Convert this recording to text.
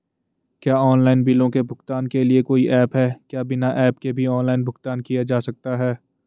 क्या ऑनलाइन बिलों के भुगतान के लिए कोई ऐप है क्या बिना ऐप के भी ऑनलाइन भुगतान किया जा सकता है?